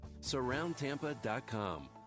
Surroundtampa.com